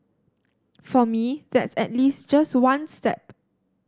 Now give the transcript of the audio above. for me that's at least just one step